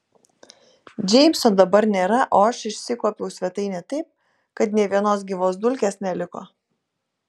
džeimso dabar nėra o aš išsikuopiau svetainę taip kad nė vienos gyvos dulkės neliko